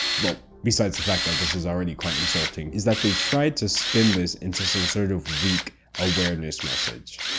well, besides the fact that this is already quite insulting, is that they tried to spin this into some sort of weak awareness message.